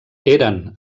eren